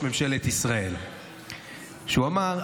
שאמר,